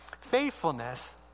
faithfulness